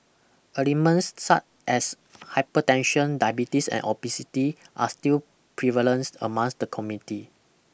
ailments such as hypertension diabetes and obesity are still prevalence among the community